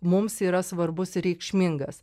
mums yra svarbus ir reikšmingas